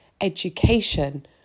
education